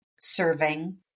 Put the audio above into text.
serving